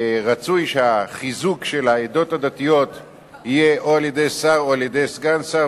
רצוי שהחיזוק של העדות הדתיות יהיה או על-ידי שר או על-ידי סגן שר,